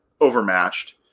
overmatched